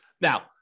Now